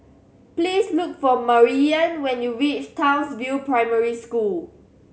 please look for Maryanne when you reach Townsville Primary School